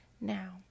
Now